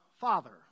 Father